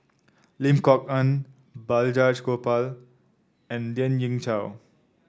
Lim Kok Ann Balraj Gopal and Lien Ying Chow